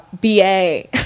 BA